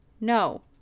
No